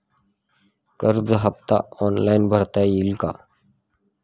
कर्ज हफ्ता ऑनलाईन भरता येईल का?